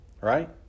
right